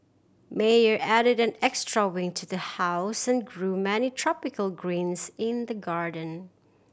Meyer added an extra wing to the house and grew many tropical grains in the garden